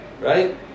Right